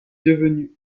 devenue